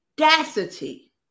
audacity